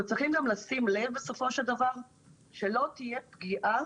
אנחנו צריכים גם לשים לב בסופו של דבר שלא תהיה פגיעה